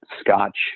Scotch